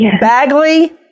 Bagley